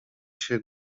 się